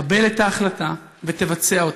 תקבל את החלטה ותבצע אותה.